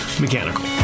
Mechanical